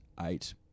eight